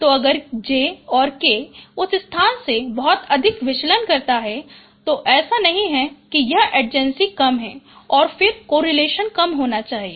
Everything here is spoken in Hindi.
तो अगर j और k यह उस स्थान से बहुत अधिक विचलन करता है तो ऐसा नहीं है कि यह एड्जेन्सी कम है और फिर कोरिलेशन कम होना चाहिए